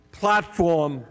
platform